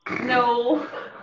No